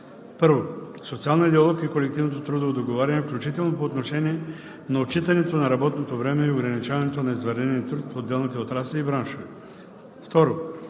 на: 1. Социалния диалог и колективното трудово договаряне, включително по отношение на отчитането на работното време и ограничаването на извънредния труд в отделните отрасли и браншове.